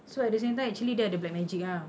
so at the same time actually dia ada black magic ah